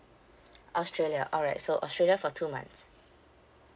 australia alright so australia for two months